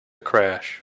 crash